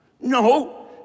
No